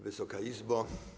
Wysoka Izbo!